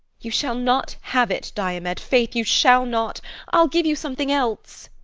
you shall not have it, diomed faith, you shall not i'll give you something else.